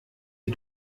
die